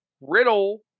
Riddle